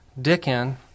Dickin